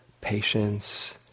patience